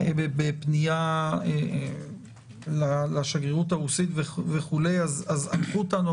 בפנייה לשגרירות הרוסית אז תנחו אותנו.